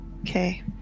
okay